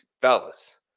Fellas